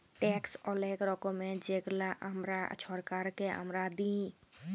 tax অলেক রকমের যেগলা আমরা ছরকারকে আমরা দিঁই